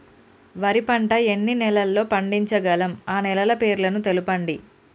వరి పంట ఎన్ని నెలల్లో పండించగలం ఆ నెలల పేర్లను తెలుపండి?